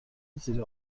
زیر